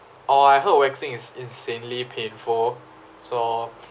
oh I heard waxing is insanely painful so